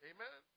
Amen